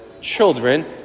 children